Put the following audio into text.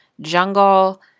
jungle